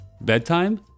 Bedtime